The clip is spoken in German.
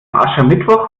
aschermittwoch